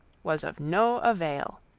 was of no avail.